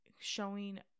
showing